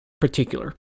particular